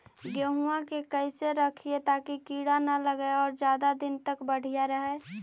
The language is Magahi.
गेहुआ के कैसे रखिये ताकी कीड़ा न लगै और ज्यादा दिन तक बढ़िया रहै?